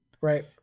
Right